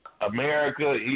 America